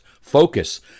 focus